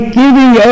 giving